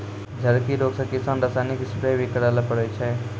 झड़की रोग से किसान रासायनिक स्प्रेय भी करै ले पड़ै छै